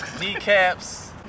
kneecaps